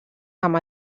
amb